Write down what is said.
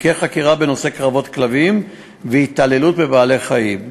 תיקי חקירה בנושא קרבות כלבים והתעללות בבעלי-חיים,